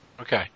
okay